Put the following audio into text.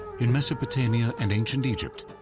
in mesopotamia and ancient egypt,